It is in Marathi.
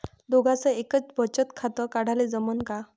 दोघाच एकच बचत खातं काढाले जमनं का?